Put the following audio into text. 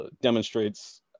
demonstrates